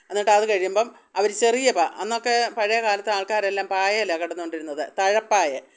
എന്നിട്ട് അത് കഴിയുമ്പം അവർ ചെറിയ പാ അന്നൊക്കെ പഴയ കാലത്ത് ആള്ക്കാരെല്ലാം പായയിലാണ് കിടന്നു കൊണ്ടിരുന്നത് തഴ പായ്